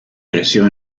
creció